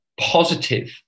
positive